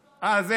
--- כן,